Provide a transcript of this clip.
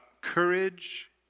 courage